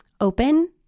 open